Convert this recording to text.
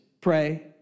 pray